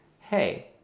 hey